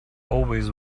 always